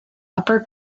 upper